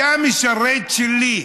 אתה משרת שלי.